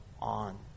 on